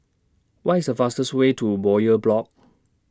What IS The fastest Way to Bowyer Block